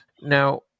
Now